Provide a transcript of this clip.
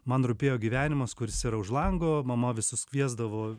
man rūpėjo gyvenimas kuris yra už lango mama visus kviesdavo